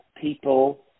people